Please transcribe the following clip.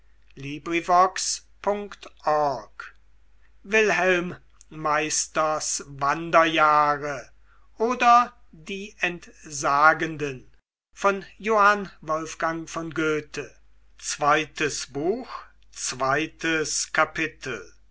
wilhelm meisters wanderjahre oder die entsagenden